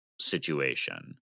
situation